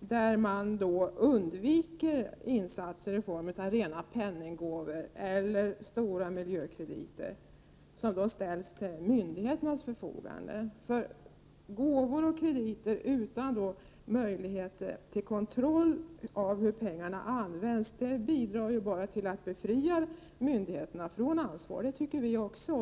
där man undviker insatser i form av rena penninggåvor eller stora miljökrediter som ställs till myndigheternas förfogande. Gåvor och krediter utan möjligheter till kontroll av hur pengarna används bidrar bara till att befria myndigheterna från ansvaret. Det tycker vi också.